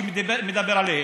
שמדבר עליהם,